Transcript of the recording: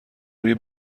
روی